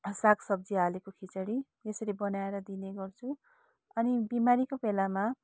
सागसब्जी हालेको खिचडी यसरी बनाएर दिने गर्छु अनि बिमारीको बेलामा